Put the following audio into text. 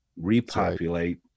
repopulate